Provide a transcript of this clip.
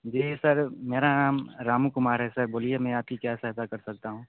जी sir मेरा नाम रामू कुमार है सर बोलिए मैं आपकी क्या सहयता कर सकता हूँ